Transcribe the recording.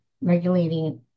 regulating